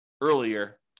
earlier